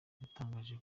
yatangaje